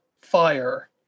fire